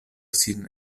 sin